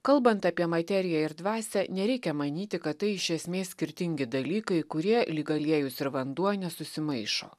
kalbant apie materiją ir dvasią nereikia manyti kad tai iš esmės skirtingi dalykai kurie lyg aliejus ir vanduo nesusimaišo